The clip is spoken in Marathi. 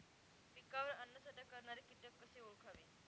पिकावर अन्नसाठा करणारे किटक कसे ओळखावे?